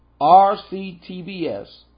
RCTBS